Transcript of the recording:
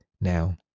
Now